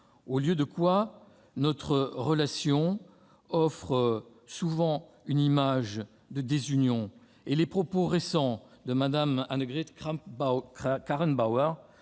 au lieu de quoi notre relation offre souvent une image de désunion ; ainsi des propos récents de Mme Annegret Kramp-Karrenbauer